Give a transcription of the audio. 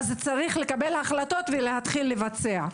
אז צריך לקבל החלטות ולהתחיל לבצע.